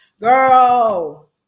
Girl